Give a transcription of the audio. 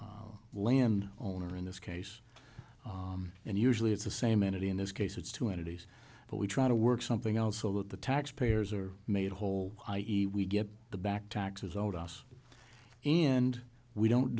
the land owner in this case and usually it's the same entity in this case it's two entities but we try to work something else so that the taxpayers are made whole i e we get the back taxes owed us and we don't